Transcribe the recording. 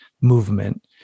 movement